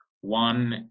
One